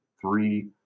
three